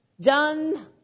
done